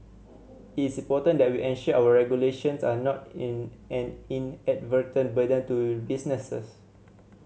it's important that we ensure our regulations are not an inadvertent burden to businesses